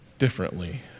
differently